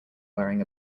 wearing